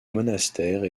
monastère